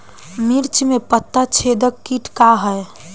मिर्च में पता छेदक किट का है?